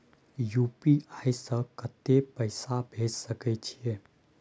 UPI से कत्ते पैसा भेज सके छियै?